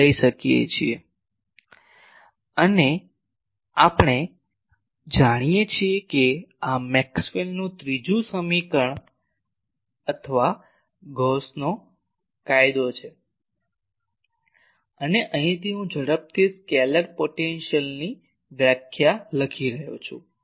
અને તે આપણે જાણીએ છીએ કે આ મેક્સવેલનું ત્રીજું સમીકરણ અથવા ગૌસનો કાયદો છે અને અહીંથી હું ઝડપથી સ્કેલેર પોટેન્શિયલ વ્યાખ્યા લખી રહ્યો છું